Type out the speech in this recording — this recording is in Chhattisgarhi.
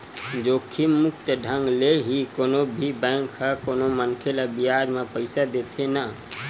जोखिम मुक्त ढंग ले ही कोनो भी बेंक ह कोनो मनखे ल बियाज म पइसा देथे न